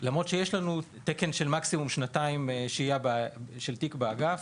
למרות שיש לנו תקן של מקסימום שנתיים שהייה של תיק באגף,